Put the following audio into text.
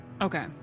Okay